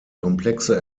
komplexe